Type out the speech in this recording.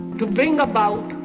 to bring about,